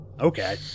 Okay